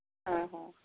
ᱦᱮᱸ ᱦᱮᱸ